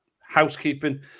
housekeeping